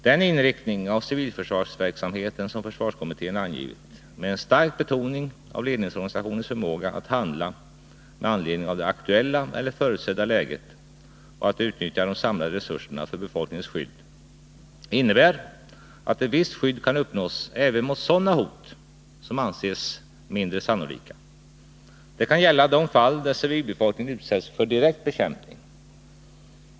Den inriktning av civilförsvarsverksamheten som försvarskommittén angivit, med en stark betoning av ledningsorganisationens förmåga att handla med anledning av det aktuella, eller förutsedda, läget och att utnyttja de samlade resurserna för befolkningens skydd, innebär att ett visst skydd kan uppnås även mot sådana hot som anses mindre sannolika. Detta kan gälla de fall där civilbefolkningen utsätts för direkt bekämpning.